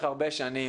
שנים